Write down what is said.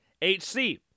HC